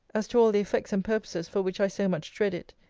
as to all the effects and purposes for which i so much dread it.